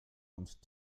und